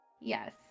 Yes